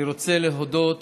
אני רוצה להודות